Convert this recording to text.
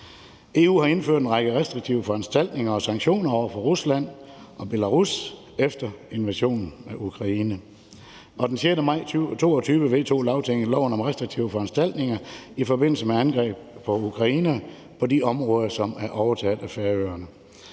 EU har indført en række restriktive foranstaltninger og sanktioner over for Rusland og Belarus efter invasionen af Ukraine. Og den 6. maj 2022 vedtog Lagtinget loven om restriktive foranstaltninger i forbindelse med angrebet på Ukraine på de områder, som er overtaget af Færøerne.